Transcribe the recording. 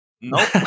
Nope